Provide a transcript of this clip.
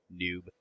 Noob